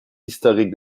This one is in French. historiques